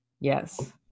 Yes